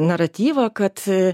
naratyvą kad